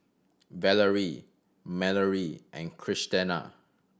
Valery Mallorie and Christena